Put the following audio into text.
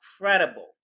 incredible